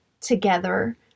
together